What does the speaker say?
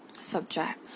subject